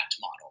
model